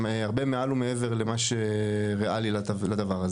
הרבה מעל ומעבר למה שריאלי לדבר הזה?